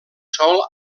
sol